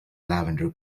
lavender